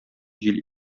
җил